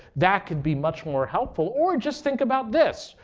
that could be much more helpful. or just think about this.